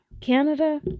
Canada